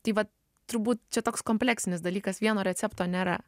tai vat turbūt čia toks kompleksinis dalykas vieno recepto nėra